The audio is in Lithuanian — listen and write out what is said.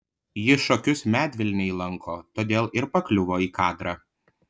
ji šokius medvilnėj lanko todėl ir pakliuvo į kadrą